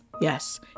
Yes